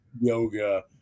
yoga